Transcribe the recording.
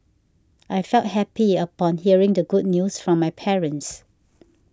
I felt happy upon hearing the good news from my parents